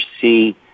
see